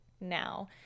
now